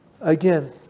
again